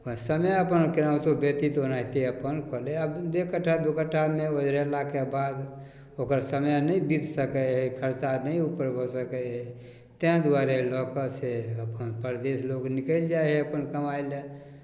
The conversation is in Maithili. अपन समय अपन केनाहितो व्यतीत ओनाहिते अपन कऽ लै हइ आब डेढ़ कट्ठा दुइ कट्ठामे ओझरेलाके बाद ओकर समय नहि बीति सकै हइ खरचा नहि उपर भऽ सकै हइ ताहि दुआरे लऽ कऽ से अपन परदेस लोक निकलि जाइ हइ अपन कमाइलए